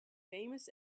famous